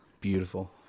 Beautiful